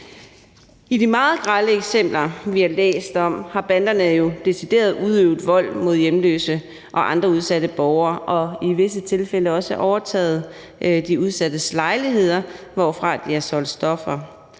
I de meget grelle eksempler, vi har læst om, har banderne jo decideret udøvet vold mod hjemløse og andre udsatte borgere og i visse tilfælde også overtaget de udsattes lejligheder, hvorfra de har solgt stoffer.